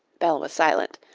belle was silent.